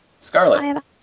Scarlet